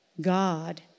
God